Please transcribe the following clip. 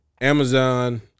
Amazon –